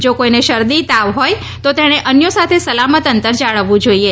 જો કોઈને શરદી તાવ હોય તેણે અન્યો સાથે સલામત અંતર જાળવવું જોઈએ